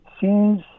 seems